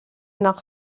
nach